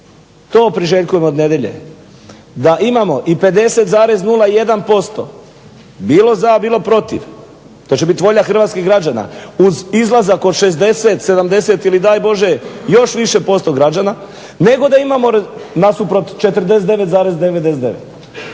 to priželjkujem od nedjelje da imamo i 50,01% bilo za, bilo protiv, to će biti volja hrvatskih građana uz izlazak od 60, 70 ili daj Bože još više posto građana nego da imamo nasuprot 49,99.